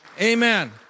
Amen